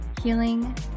healing